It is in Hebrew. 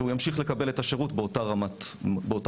והוא ימשיך לקבל את השירות באותה רמה גבוהה.